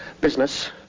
business